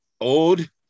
old